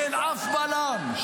אין אף בלם.